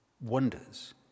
wonders